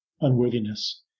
unworthiness